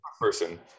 person